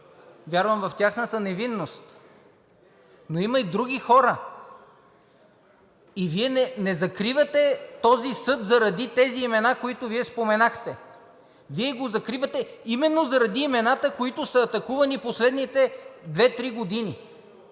вярвам в тяхната невинност, но има и други хора, и Вие не закривате този съд заради тези имена, които споменахте. Вие го закривате именно заради имената, които са атакувани в последните две-три години.